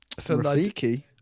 Rafiki